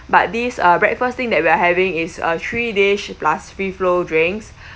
but this uh breakfast thing that we're having is uh three dish plus free flow drinks